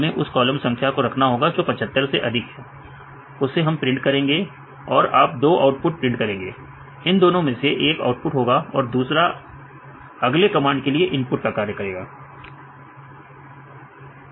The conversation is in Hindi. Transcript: हमें उस कॉलम संख्या को रखना होगा जो 75 से अधिक है इसे हम प्रिंट करेंगे और आप दो आउटपुट प्रिंट करेंगे इन दोनों में से एक आउटपुट होगा और दूसरा अगले कमांड के लिए इनपुट का कार्य करेंगे